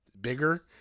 bigger